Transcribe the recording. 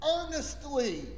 earnestly